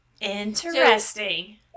Interesting